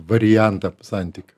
variantą santykių